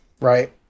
Right